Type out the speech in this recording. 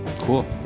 Cool